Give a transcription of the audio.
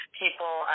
people